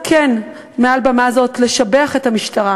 אני רוצה, כן, מעל במה זאת, לשבח את המשטרה